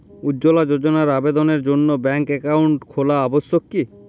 উজ্জ্বলা যোজনার আবেদনের জন্য ব্যাঙ্কে অ্যাকাউন্ট খোলা আবশ্যক কি?